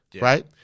right